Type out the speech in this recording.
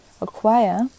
acquire